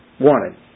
wanted